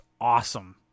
awesome